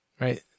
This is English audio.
Right